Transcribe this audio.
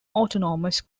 autonomous